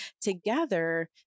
together